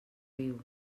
riu